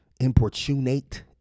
importunate